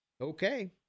okay